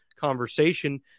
conversation